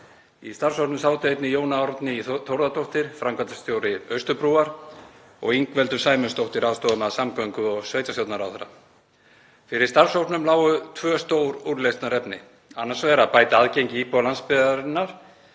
Í starfshópnum sátu einnig Jóna Árný Þórðardóttir, framkvæmdastjóri Austurbrúar, og Ingveldur Sæmundsdóttir, aðstoðarmaður samgöngu- og sveitarstjórnarráðherra. Fyrir starfshópnum lágu tvö stór úrlausnarefni. Annars vegar að bæta aðgengi íbúa landsbyggðarinnar